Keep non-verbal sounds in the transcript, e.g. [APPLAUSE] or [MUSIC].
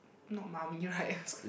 not mummy right [NOISE]